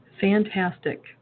Fantastic